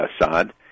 Assad